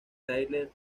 tyler